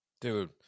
Dude